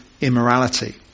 immorality